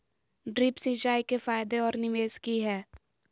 Drip सिंचाई के फायदे और निवेस कि हैय?